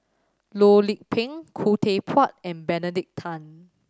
Loh Lik Peng Khoo Teck Puat and Benedict Tan